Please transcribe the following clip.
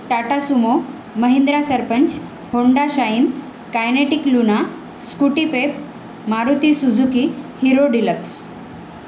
Tata Sumo Mahindra Sarpanch Honda Shine Kinetic Luna Scooty Pep Maruti Suzuki Hero deluxe